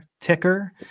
Ticker